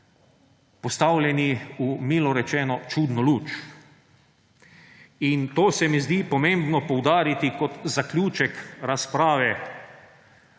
postavljeni v, milo rečeno, čudno luč. To se mi zdi pomembno poudariti kot zaključek razprave